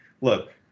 look